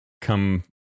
come